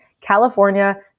California